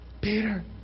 Peter